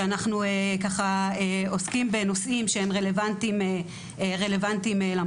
כשאנחנו עוסקים בנושאים שהם רלוונטיים למחוז,